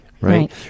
right